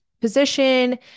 position